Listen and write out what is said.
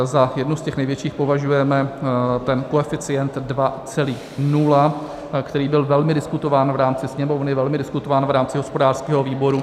Za jednu z těch největších považujeme ten koeficient 2,0, který byl velmi diskutován v rámci Sněmovny, velmi diskutován v rámci hospodářského výboru.